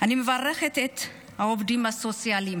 אני מברכת את העובדים הסוציאליים